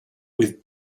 with